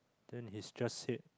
then he just said